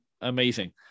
amazing